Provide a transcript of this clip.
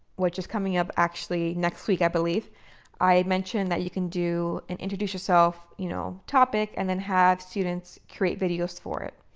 which is coming up actually next week, i believe i mentioned that you can do an introduce yourself you know topic and then have students create videos for it.